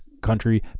country